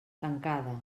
tancada